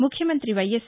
ముఖ్యమంత్రి వైఎస్